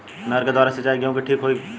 नहर के द्वारा सिंचाई गेहूँ के ठीक होखि?